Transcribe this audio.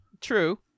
True